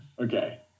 Okay